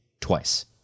twice